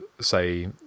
say